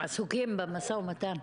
עסוקים במשא ומתן.